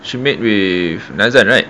she met with nazan right